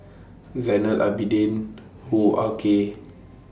Zainal Abidin Hoo Ah Kay